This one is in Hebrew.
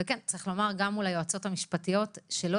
וצריך לומר: גם מול היועצות המשפטיות שלא